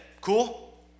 cool